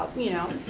ah you know,